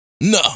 no